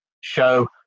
show